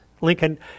Lincoln